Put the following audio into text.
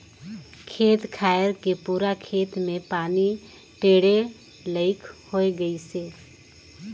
खेत खायर के पूरा खेत मे पानी टेंड़े लईक होए गइसे